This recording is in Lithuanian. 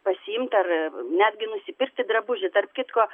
pasiimt ar netgi nusipirkti drabužį tarp kitko